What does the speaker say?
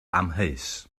amheus